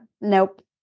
Nope